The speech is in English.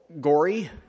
gory